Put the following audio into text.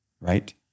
right